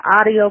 audio